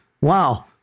Wow